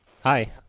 Hi